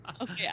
Okay